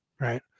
right